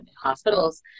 hospitals